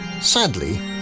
sadly